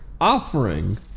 offering